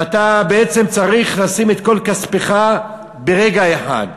ואתה בעצם צריך לשים את כל כספך ברגע אחד,